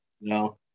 No